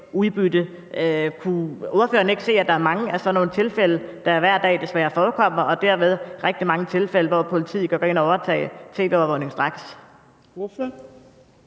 udbytte. Kan ordføreren ikke se, at der er mange af sådan nogle tilfælde, der hver dag desværre forekommer, og dermed rigtig mange tilfælde, hvor politiet kan gå ind og overtage tv-overvågningen straks?